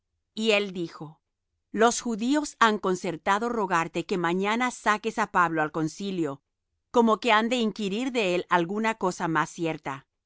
y él dijo los judíos han concertado rogarte que mañana saques á pablo al concilio como que han de inquirir de él alguna cosa más cierta